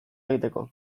egiteko